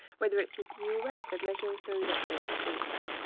whether it's a burette, a measuring cylinder, or a beaker.